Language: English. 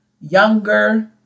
younger